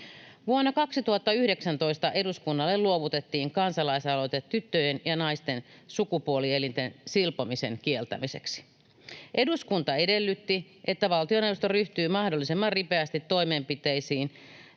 Vuonna 2019 eduskunnalle luovutettiin kansalaisaloite tyttöjen ja naisten sukupuolielinten silpomisen kieltämiseksi. Eduskunta edellytti, että valtioneuvosto ryhtyy mahdollisimman ripeästi toimenpiteisiin